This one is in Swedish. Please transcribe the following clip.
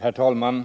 Herr talman!